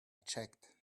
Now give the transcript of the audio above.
checked